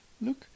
look